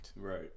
Right